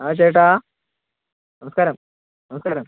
ആ ചേട്ടാ നമസ്കാരം നമസ്കാരം